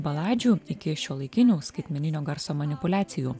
baladžių iki šiuolaikinių skaitmeninio garso manipuliacijų